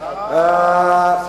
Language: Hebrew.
קריאות: אה,